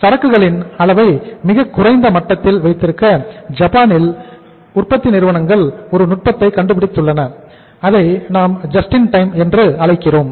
சரக்குகளின் அளவை மிக குறைந்த மட்டத்தில் வைத்திருக்க ஜப்பானில் உற்பத்தி நிறுவனங்கள் ஒரு நுட்பத்தை கண்டுபிடித்துள்ளனர் அதை நாம் ஜஸ்ட் இன் டைம் என்று அழைக்கிறோம்